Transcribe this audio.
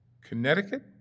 Connecticut